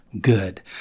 good